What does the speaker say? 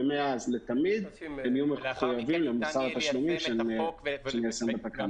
ומאז לתמיד והם יהיו מחויבים למוסר התשלומים שייושם בתקנות.